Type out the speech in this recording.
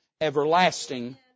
everlasting